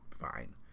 fine